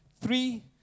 three